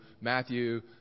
Matthew